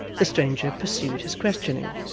the stranger pursued his questioning.